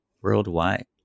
worldwide